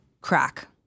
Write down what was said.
crack